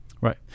Right